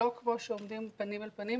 לא כמו כשעומדים פנים אל פנים,